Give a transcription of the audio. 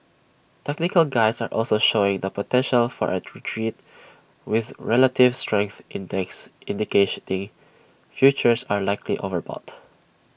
technical Guides are also showing the potential for A retreat with relative strength index futures are likely overbought